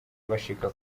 bashika